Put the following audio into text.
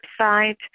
website